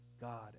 God